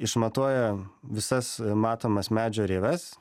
išmatuoja visas matomas medžio rieves